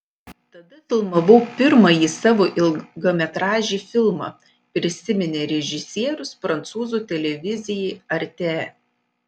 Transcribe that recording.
tada filmavau pirmąjį savo ilgametražį filmą prisiminė režisierius prancūzų televizijai arte